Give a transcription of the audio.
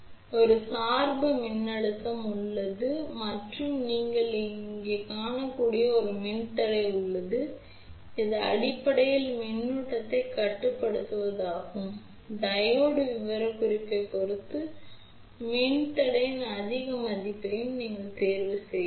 எனவே இங்கே சார்பு மின்னழுத்தம் உள்ளது மற்றும் நீங்கள் இங்கு காணக்கூடிய ஒரு மின்தடை உள்ளது இது அடிப்படையில் மின்னோட்டத்தைக் கட்டுப்படுத்துவதாகும் டையோடு விவரக்குறிப்பைப் பொறுத்து மின்தடையின் அதிக மதிப்பையும் நீங்கள் தேர்வு செய்யலாம்